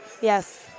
Yes